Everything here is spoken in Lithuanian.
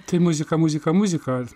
tai muzika muzika muzika